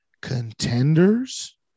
contenders